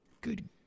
Good